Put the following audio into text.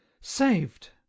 saved